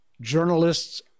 journalists